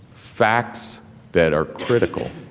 facts that are critical,